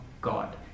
God